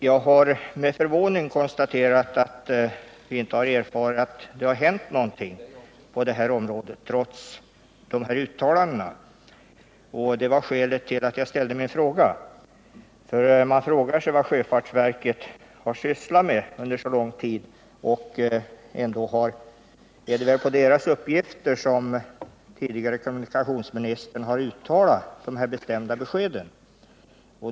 Jag har med förvåning konstaterat att vi inte erfarit att något hänt på det här området trots dessa uttalanden. Det var skälet till att jag ställde min fråga. Man undrar vad sjöfartsverket har sysslat med under så lång tid. Det måste ju ändå vara enligt verkets uppgifter som den tidigare kommunikationsministern lämnat så bestämda besked.